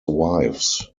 wives